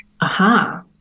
Aha